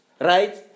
right